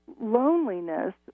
loneliness